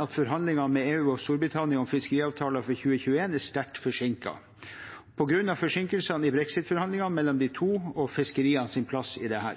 at forhandlingene med EU og Storbritannia om fiskeriavtaler for 2021 er sterkt forsinket, på grunn av forsinkelsene i brexit-forhandlingene mellom de to og fiskerienes plass i dette.